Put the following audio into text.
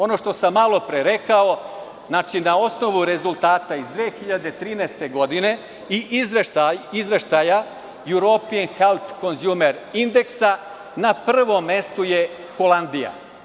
Ono što sam malo pre rekao, na osnovu rezultata iz 2013. godine i izveštaja European health consumer index na prvom mestu je Holandija.